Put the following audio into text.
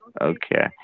Okay